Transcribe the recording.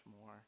more